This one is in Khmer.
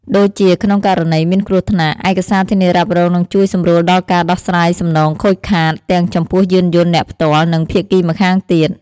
ដូចជា ក្នុងករណីមានគ្រោះថ្នាក់ ឯកសារធានារ៉ាប់រងនឹងជួយសម្រួលដល់ការដោះស្រាយសំណងខូចខាត ទាំងចំពោះយានយន្តអ្នកផ្ទាល់ និងភាគីម្ខាងទៀត។